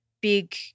big